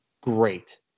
great